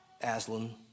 Aslan